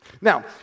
Now